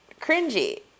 cringy